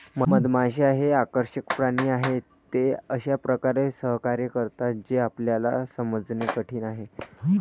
मधमाश्या हे आकर्षक प्राणी आहेत, ते अशा प्रकारे सहकार्य करतात जे आपल्याला समजणे कठीण आहे